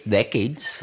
decades